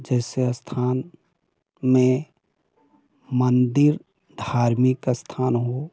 जैसे स्थान में मंदिर धार्मिक स्थान हो